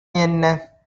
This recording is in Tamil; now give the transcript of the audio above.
என்ன